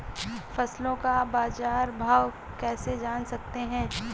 फसलों का बाज़ार भाव कैसे जान सकते हैं?